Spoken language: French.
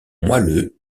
moelleux